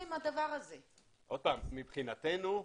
מבחינתנו,